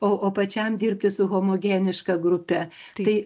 o o pačiam dirbti su homogeniška grupe tai